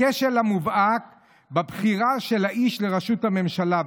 לכשל המובהק בבחירה של האיש לראשות הממשלה.